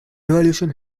evolution